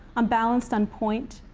i'm balanced on point,